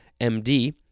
MD